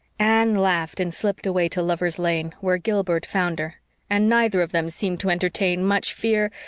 anne laughed and slipped away to lover's lane, where gilbert found her and neither of them seemed to entertain much fear,